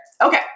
Okay